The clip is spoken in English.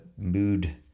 mood